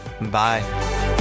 bye